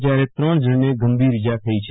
જયારે ત્રણ જણન ગંભીર ઈજા થઈ છે